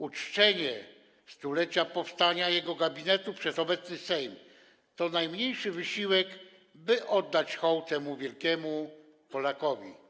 Uczczenie stulecia powstania jego gabinetu przez obecny Sejm to najmniejszy wysiłek, by oddać hołd temu wielkiemu Polakowi.